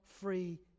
free